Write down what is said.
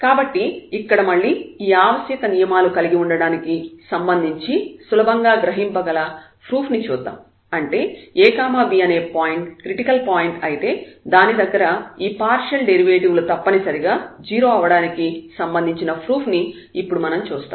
కాబట్టి ఇక్కడ మళ్ళీ ఈ ఆవశ్యక నియమాలు కలిగి ఉండడానికి సంబంధించి సులభంగా గ్రహింపగల ప్రూఫ్ రుజువు proof ను చూద్దాం అంటే ab అనే పాయింట్ క్రిటికల్ పాయింట్ అయితే దాని దగ్గర ఈ పార్షియల్ డెరివేటివ్ లు తప్పనిసరిగా 0 అవడానికి సంబంధించిన ప్రూఫ్ ను ఇప్పుడు మనం చూస్తాం